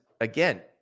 again